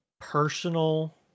personal